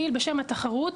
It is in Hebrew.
בשם התחרות,